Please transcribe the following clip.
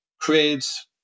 creates